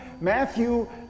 Matthew